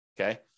Okay